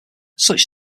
such